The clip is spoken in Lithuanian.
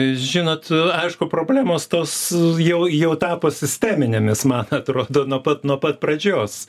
žinot aišku problemos tos jau jau tapo sisteminėmis man atrodo nuo pat nuo pat pradžios